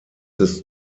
ist